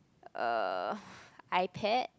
uh iPad